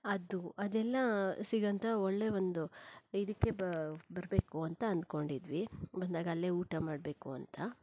ಅದು ಅದೆಲ್ಲ ಸಿಗೋಂಥ ಒಳ್ಳೆಯ ಒಂದು ಇದಕ್ಕೆ ಬರಬೇಕು ಅಂತ ಅಂದ್ಕೊಂಡಿದ್ವಿ ಬಂದಾಗಲ್ಲೇ ಊಟ ಮಾಡಬೇಕು ಅಂತ